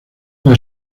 los